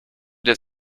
der